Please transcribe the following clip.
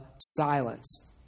silence